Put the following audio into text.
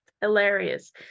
Hilarious